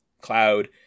cloud